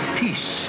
peace